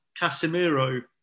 Casemiro